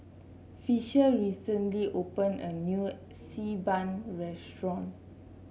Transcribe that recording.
Fisher recently opened a new Xi Ban restaurant